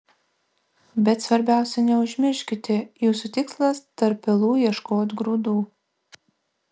bet svarbiausia neužsimirškite jūsų tikslas tarp pelų ieškot grūdų